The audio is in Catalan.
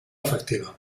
efectiva